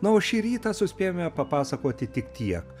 na o šį rytą suspėjome papasakoti tik tiek